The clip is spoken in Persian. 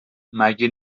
مگه